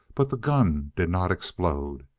but the gun did not explode.